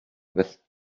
with